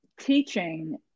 teaching